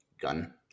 gun